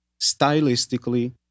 stylistically